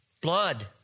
blood